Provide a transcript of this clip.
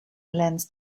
lens